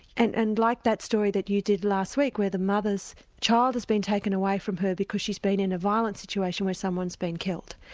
and and like that story that you did last week where the mother's child has been taken away from her because she's been in a violent situation where someone's been killed,